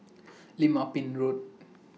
Lim Ah Pin Road